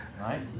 right